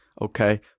okay